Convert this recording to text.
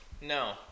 No